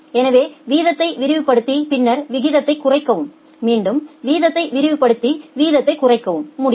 எனவே வீதத்தை விரிவுபடுத்தி பின்னர் விகிதத்தைக் குறைக்கவும் மீண்டும் வீதத்தை விரிவுபடுத்தி வீதத்தைக் குறைக்கவும் முடியும்